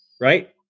Right